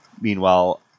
Meanwhile